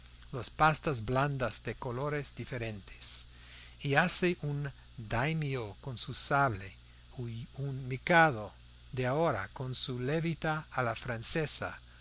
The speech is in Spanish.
las pastas blandas de colores diferentes y hace un daimio con su sable y un mikado de ahora con su levita a la francesa